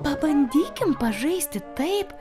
pabandykim pažaisti taip